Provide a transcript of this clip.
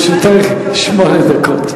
לרשותך שמונה דקות.